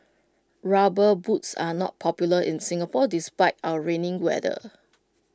rubber boots are not popular in Singapore despite our rainy weather